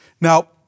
Now